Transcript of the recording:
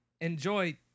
enjoy